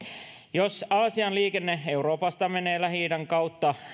jos aasian liikenne euroopasta menee lähi idän kautta